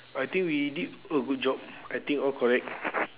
I think we did a good job I think all correct